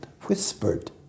whispered